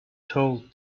told